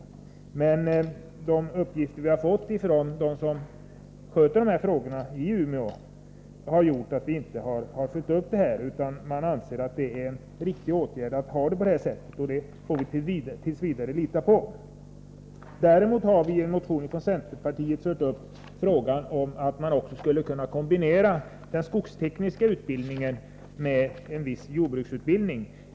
Vi har emellertid fått vissa uppgifter från personer i Umeå som handlägger dessa frågor. Sedan har vi inte följt upp denna fråga. Man anser nämligen att det är riktigt att behålla nuvarande system. T. v. litar vi på att man gjort en riktig bedömning. I nämnda motion har vi också tagit upp frågan om att man i viss mån kunde kombinera den skogstekniska utbildningen med jordbruksutbildning.